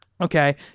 Okay